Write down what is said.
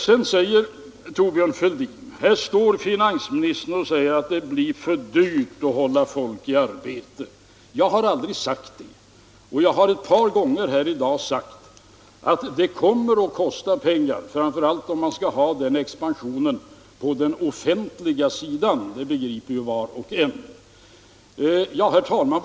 Sedan säger Thorbjörn Fälldin: Här står finansministern och säger att det blir för dyrt att hålla folk i arbete. Jag har aldrig sagt det. Jag har ett par gånger i dag framhållit att det kommer att kosta pengar, framför allt om man skall ha denna expansion på den offentliga sidan. Det begriper ju var och en. Herr talman!